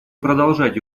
продолжать